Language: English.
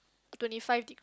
twenty five deg~